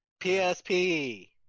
PSP